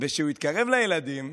וכשהוא התקרב לילדים,